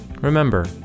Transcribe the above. remember